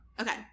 Okay